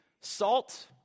salt